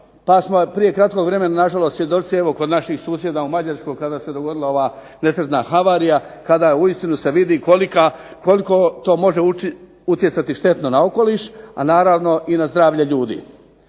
prije kratkog vremena na žalost svjedoci evo kod naših susjeda u Mađarskoj kada se dogodila ova nesretna havarija, kada uistinu se vidi koliko to može utjecati štetno na okoliš, a naravno i na zdravlje ljudi.